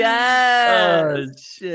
Yes